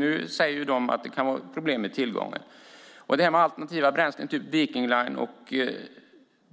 Nu sägs det att det kan vara problem med tillgången. Vad gäller alternativa bränslen, som hos Viking Line,